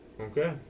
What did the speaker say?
Okay